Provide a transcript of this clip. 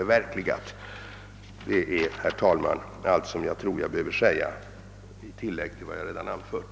Detta tror jag är allt, herr talman, som jag behöver säga som tillägg till vad jag redan har anfört.